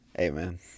Amen